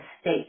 state